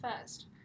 first